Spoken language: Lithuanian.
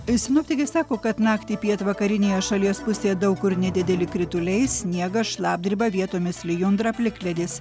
sinoptikai sako kad naktį pietvakarinėje šalies pusėje daug kur nedideli krituliai sniegas šlapdriba vietomis lijundra plikledis